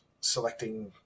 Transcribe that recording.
selecting